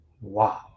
wow